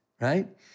right